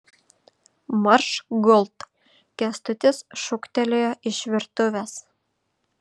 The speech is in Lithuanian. marš gult kęstutis šūktelėjo iš virtuvės